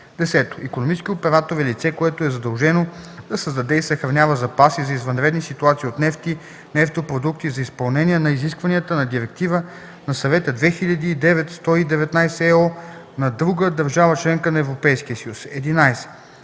1. 10. „Икономически оператор” е лице, което е задължено да създаде и съхранява запаси за извънредни ситуации от нефт и нефтопродукти за изпълнение на изискванията на Директива на Съвета 2009/119/ЕО на друга държава – членка на Европейския съюз.